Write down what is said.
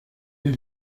les